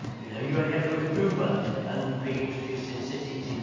you know you only have to look at uber and being introduced in cities. you know